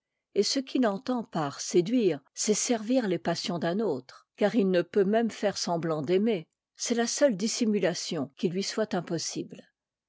et ce qu'il entend par séduire c'est servir les passions d'un autre car il ne peut même faire semblant d'aimer c'est la seule dissimulation qui lui soit impossible